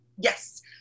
Yes